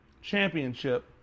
championship